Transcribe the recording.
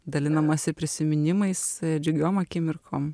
dalinamasi prisiminimais džiugiom akimirkom